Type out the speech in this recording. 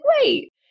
wait